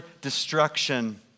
destruction